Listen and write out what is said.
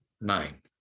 nine